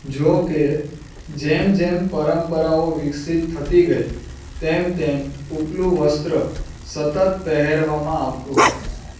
જો કે જેમ જેમ પરંપરાઓ વિકસિત થતી ગઈ તેમ તેમ ઉપલું વસ્ત્ર સતત પહેરવામાં આવતું હતું